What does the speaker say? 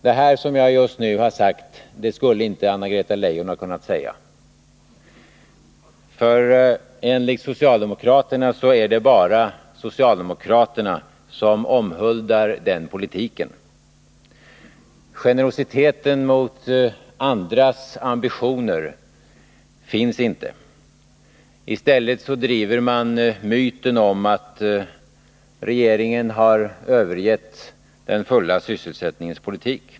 Det här som jag just nu har sagt skulle inte Anna-Greta Leijon ha kunnat säga. Enligt socialdemokraterna är det bara socialdemokraterna som omhuldar den politiken. Generositeten mot andras ambitioner finns inte. I stället driver man myten om att regeringen har övergivit den fulla sysselsättningens politik.